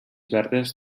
verdes